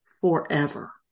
forever